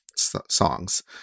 songs